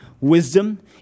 Wisdom